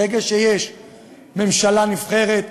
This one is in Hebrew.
ברגע שיש ממשלה נבחרת,